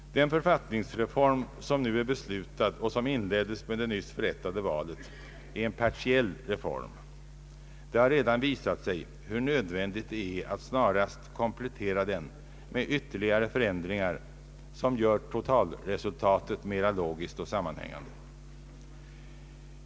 Den författningsreform som nu är beslutad och som inleddes med det nyss förrättade valet är en partiell reform. Det har redan visat sig hur nödvändigt det är att snarast komplettera den med ytterligare förändringar som gör totalresultatet mera logiskt och sammanhängande.